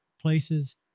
places